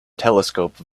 telescope